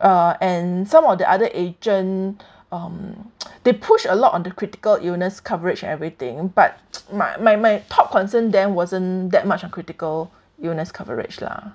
uh and some of the other agent um they push a lot on the critical illness coverage everything but my my top concern then wasn't that much on critical illness coverage lah